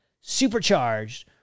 supercharged